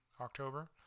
October